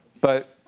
but